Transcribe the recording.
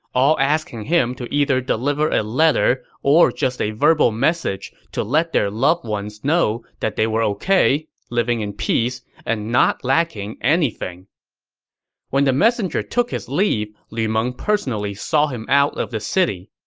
all asking him to either deliver a letter or a verbal message to let their loved ones know that they were ok, living in peace, and not lacking anything when the messenger took his leave, lu meng personally saw him out of the city.